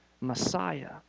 Messiah